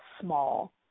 small